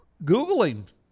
Googling